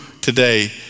today